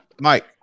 Mike